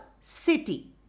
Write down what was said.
city